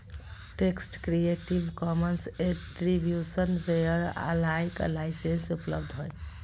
text creative commons attribution share alike license उपलब्ध हइ